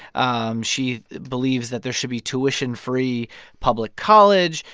um she believes that there should be tuition-free public college.